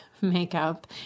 makeup